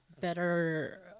better